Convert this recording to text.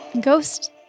Ghost